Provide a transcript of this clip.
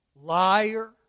liar